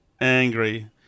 angry